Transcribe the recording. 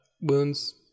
wounds